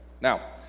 Now